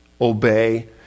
obey